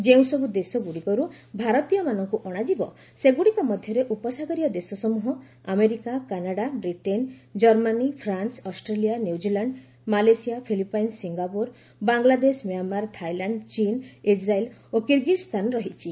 ଯେଉଁସବୁ ଦେଶଗୁଡ଼ିକରୁ ଭାରତୀୟମାନଙ୍କୁ ଅଣାଯିବ ସେଗୁଡ଼ିକ ମଧ୍ୟରେ ଉପସାଗରୀୟ ଦେଶ ସମ୍ବହ America Canada Britain Germany France Australia New Zealand Malaysia Philippines Singapore Bangladesh Myanmar Thailand ଚୀନ୍ ଇଜ୍ରାଏଲ୍ ଓ କିର୍ଗିଜ୍ଞାନ ରହିଛି